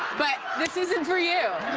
but this isn't for you.